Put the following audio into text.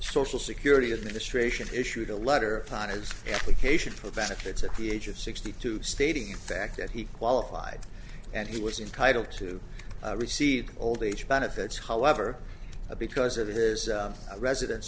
social security administration issued a letter upon its application for benefits at the age of sixty two stating the fact that he qualified and he was entitle to receive old age benefits however because it is a residence